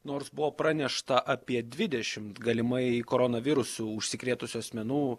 nors buvo pranešta apie dvidešimt galimai koronavirusu užsikrėtusių asmenų